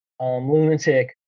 lunatic